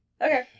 Okay